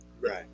Right